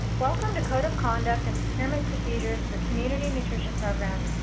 welcome to code of conduct and procurement procedures for community nutrition programs.